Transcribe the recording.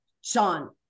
Sean